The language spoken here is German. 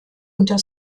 unter